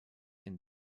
and